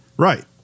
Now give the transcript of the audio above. Right